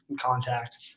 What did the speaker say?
contact